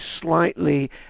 slightly